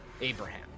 Abraham